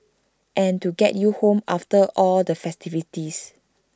and to get you home after all the festivities